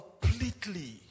completely